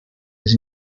les